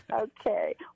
Okay